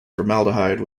formaldehyde